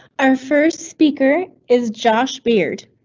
our first speaker is josh beard.